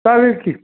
चालेल की